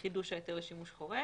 לחידוש ההיתר לשימוש חורג.